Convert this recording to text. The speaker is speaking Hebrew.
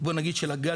בוא נגיד של הגז,